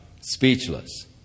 speechless